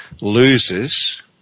loses